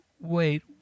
wait